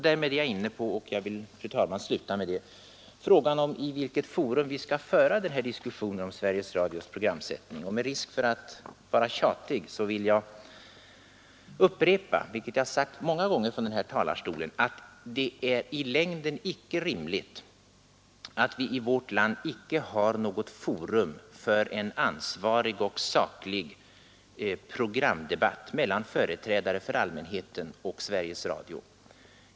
Därmed är jag inne på — och jag vill, fru talman, sluta med det frågan om i vilket forum vi skall föra den här diskussionen om Sveriges Radios programsättning. Med risk för att vara tjatig vill jag upprepa vad jag sagt många gånger från den här talarstolen, nämligen att det i längden icke är rimligt att vi i vårt land icke har något forum för en ansvarig och saklig programdebatt mellan företrädare för allmänheten och Sveriges Radio.